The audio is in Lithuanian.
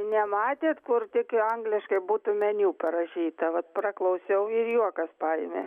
nematėt kur tik angliškai būtų meniu parašyta vat praklausiau ir juokas paėmė